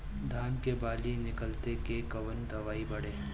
धान के बाली निकलते के कवन दवाई पढ़े?